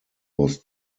was